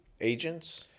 agents